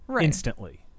instantly